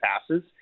passes